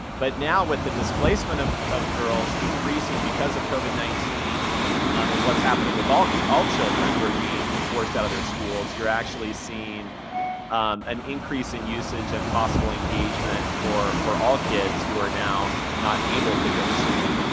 but now with the displacement of of girls increasing because of covid nineteen and what's happening with all all children who are being forced out of their schools, you're actually seeing an increase in usage and possible engagement for for all kids who are now not able to go to school.